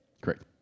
Correct